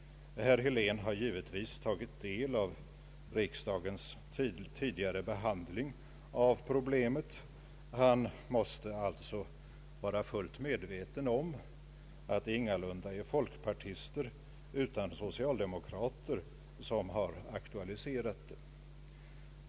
Herr Helén har givetvis tagit del av riksdagens tidigare behandling av problemet. Han måste alltså vara fullt medveten om att det ingalunda är folkpartister utan socialdemokrater som har aktualiserat problemet.